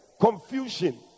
Confusion